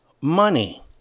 money